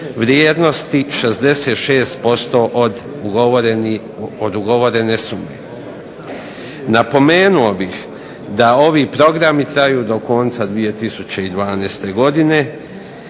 vrijednosti 66% od ugovorene sume. Napomenuo bih da ovi programi traju do konca 2012. godine